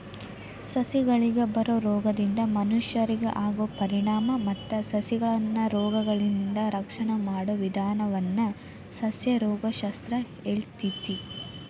ಸಸಿಗಳಿಗೆ ಬರೋ ರೋಗದಿಂದ ಮನಷ್ಯರಿಗೆ ಆಗೋ ಪರಿಣಾಮ ಮತ್ತ ಸಸಿಗಳನ್ನರೋಗದಿಂದ ರಕ್ಷಣೆ ಮಾಡೋ ವಿದಾನವನ್ನ ಸಸ್ಯರೋಗ ಶಾಸ್ತ್ರ ಹೇಳ್ತೇತಿ